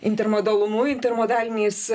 intermodalumu ir modaliniais